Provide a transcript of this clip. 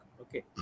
okay